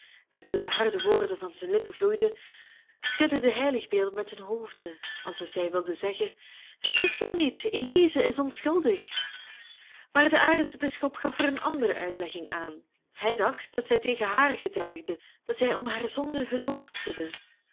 en toen de harde woorden van zijn lippen vloeiden schudden de heiligenbeelden met hun hoofden alsof zij wilden zeggen het is zoo niet elize is onschuldig maar de aartsbisschop gaf er een andere uitlegging aan hij dacht dat zij tegen haar getuigden en dat zij om haar zonde het hoofd schudden